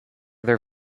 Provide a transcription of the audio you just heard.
their